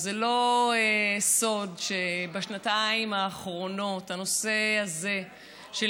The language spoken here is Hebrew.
וזה לא סוד שבשנתיים האחרונות הנושא הזה של